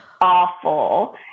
Awful